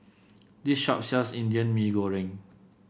this shop sells Indian Mee Goreng